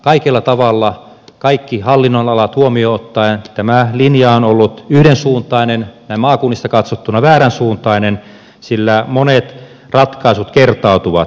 kaikella tavalla kaikki hallinnonalat huomioon ottaen tämä linja on ollut yhdensuuntainen näin maakunnista katsottuna vääränsuuntainen sillä monet ratkaisut kertautuvat